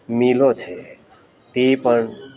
મીલો છે તે પણ